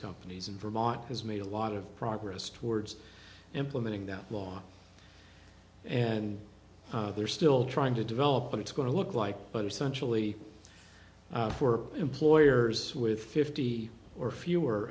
companies in vermont has made a lot of progress towards implementing that law and they're still trying to develop but it's going to look like but essentially for employers with fifty or fewer